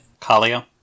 Kalia